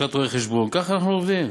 לשכת רואי-חשבון ככה אנחנו עובדים.